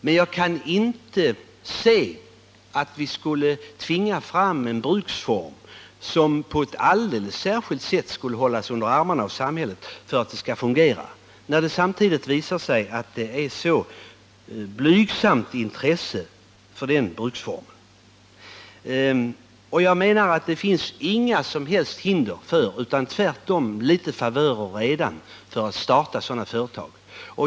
Men jag ser inte att vi kan tvinga fram en bruksform som på ett alldeles speciellt sätt skulle hållas under armarna av samhället för att fungera, när det samtidigt visar sig att det är så blygsamt intresse för denna bruksform. Det finns inga som helst hinder, utan tvärtom finns det redan en del favörer för att starta sådana företag.